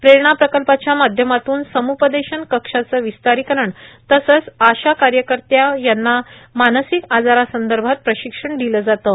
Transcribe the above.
प्रेरणा प्रकल्पाच्या माध्यमातून समुपदेशन कक्षाचं विस्तारीकरण तसंच आशा कार्यकर्त्या यांना मानसिक आजारासंदर्भात प्रशिक्षण दिलं जाते